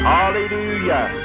Hallelujah